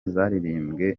zaririmbwe